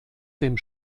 dem